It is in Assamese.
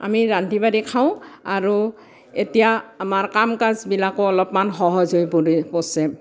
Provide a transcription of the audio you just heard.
আমি ৰান্ধি বাঢ়ি খাওঁ আৰু এতিয়া আমাৰ কাম কাজবিলাকো অলপমান সহজ হৈ পৰি পৰিছে